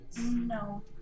No